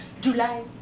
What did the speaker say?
July